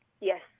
Yes